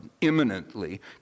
imminently